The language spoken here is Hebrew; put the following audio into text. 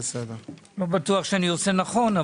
לא בטוח שאני עושה נכון,